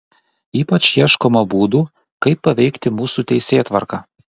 ypač ieškoma būdų kaip paveikti mūsų teisėtvarką